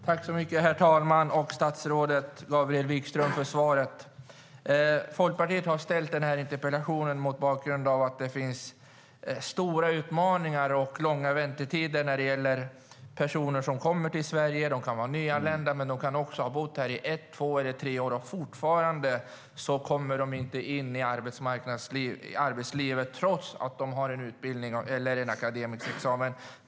Folkpartiet har ställt den här interpellationen mot bakgrund av att det finns stora utmaningar och långa väntetider när det gäller personer som kommer till Sverige. De kan vara nyanlända, men de kan också ha bott här i ett, två eller tre år, och fortfarande kommer de inte in i arbetslivet, trots att de har en akademisk examen.